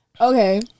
Okay